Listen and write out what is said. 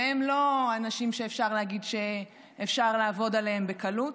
והם לא אנשים שאפשר להגיד שאפשר לעבוד עליהם בקלות.